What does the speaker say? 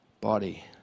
body